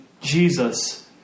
Jesus